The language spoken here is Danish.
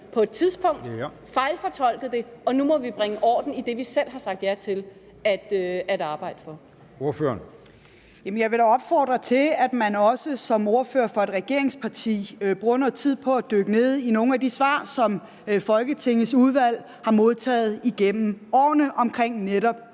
på et tidspunkt, fejlfortolket det, og nu må vi bringe orden i det, vi selv har sagt ja til at arbejde for. Kl. 11:26 Formanden: Ordføreren. Kl. 11:26 Sophie Løhde (V): Jamen jeg vil da opfordre til, at man også som ordfører for et regeringsparti bruger noget tid på at dykke ned i nogle af de svar, som Folketingets udvalg har modtaget igennem årene om netop